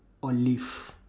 on leave